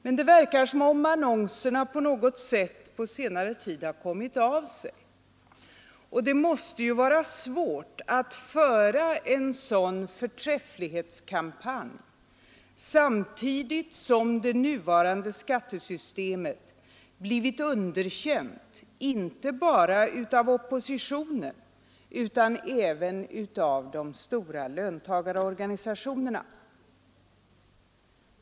Men det verkar som om annonserna på något sätt kommit av sig. Och det måste vara svårt att föra en sådan förträfflighetskampanj, samtidigt som det nuvarande skattesystemet blivit underkänt inte bara av oppositionen utan även av de stora löntagarorganisationerna.